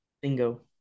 Bingo